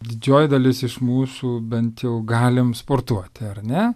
didžioji dalis iš mūsų bent jau galim sportuoti ar ne